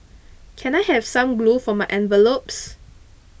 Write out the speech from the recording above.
can I have some glue for my envelopes